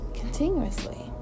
continuously